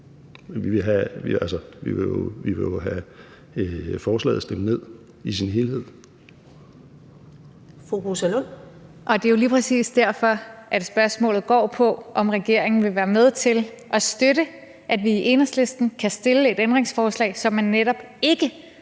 Kl. 13:50 Rosa Lund (EL): Det er jo lige præcis derfor, at spørgsmålet går på, om regeringen vil være med til at støtte, at vi i Enhedslisten kan stille et ændringsforslag, så man netop ikke